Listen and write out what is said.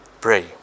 Pray